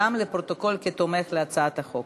גם לפרוטוקול כתומך בהצעת החוק.